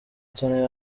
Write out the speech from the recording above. tony